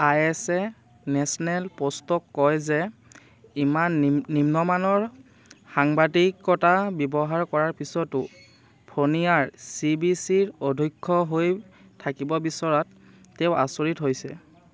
আই এচে নেশ্যনেল পোষ্টক কয় যে ইমান নি নিম্নমানৰ সাংবাদিকতা ব্যৱহাৰ কৰাৰ পিছতো ফ'ৰ্নিয়াৰ চি বি চিৰ অধ্যক্ষ হৈ থাকিব বিচৰাত তেওঁ আচৰিত হৈছে